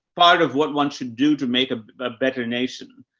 part of what one should do to make a better nation.